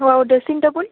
ହଉ ଆଉ dressing table